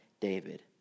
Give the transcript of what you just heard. David